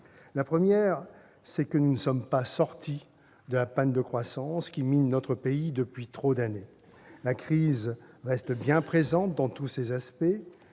La première, c'est que nous ne sommes pas sortis de la panne de croissance qui mine notre pays depuis trop d'années. La crise reste bien présente dans tous ses aspects